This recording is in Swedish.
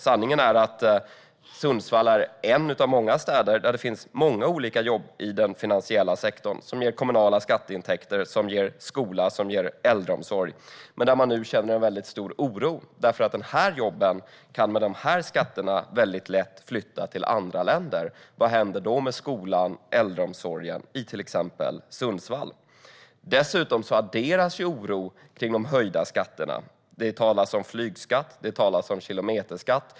Sanningen är att Sundsvall är en av många städer där det finns många olika jobb i den finansiella sektorn som ger kommunala skatteintäkter, skola och äldreomsorg. Men man känner nu stor oro, för de här jobben kan med de här skatterna väldigt lätt flytta till andra länder. Vad händer då med skolan och äldreomsorgen i till exempel Sundsvall? Dessutom adderas oron för de höjda skatterna. Det talas om flygskatt. Det talas om kilometerskatt.